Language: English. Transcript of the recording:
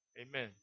Amen